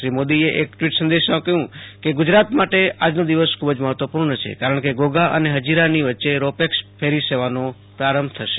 શ્રી મોદીએ એક ટ્વીટ સંદેશામાં કહ્યું કે ગુજરાત માટે આજનો દિવસ ખૂબ જ મહત્ત્વપૂર્ણ છે કારણ કે ઘોઘા અને હજીરાની વચ્ચે રો પેક્સ ફેરી સેવાનો પ્રારંભ થશે